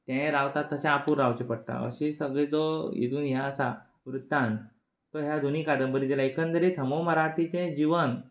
ते रावतात तशे आपूण रावचे पडटा अशी सगळी जो हितून हें आसा वृत्तांत तो ह्या दोनूय कादंबरींचेर एकंदरीत ह मो मराठेचें जिवन